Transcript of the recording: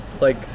like-